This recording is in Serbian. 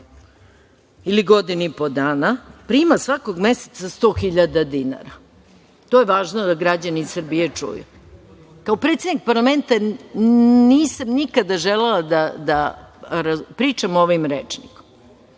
ili godinu i po dana prima svakog meseca 100.000 dinara. To je važno da građani Srbije čuju. Kao predsednik parlamenta nisam nikada želela da pričam ovim rečnikom,